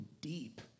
deep